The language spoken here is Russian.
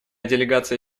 делегация